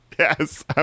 Yes